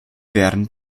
während